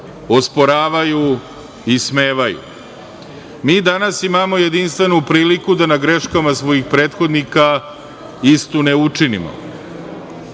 osporavaju, ismevaju. Mi danas imamo jedinstvenu priliku da na greškama svojih prethodnika istu ne učinimo.